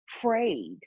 frayed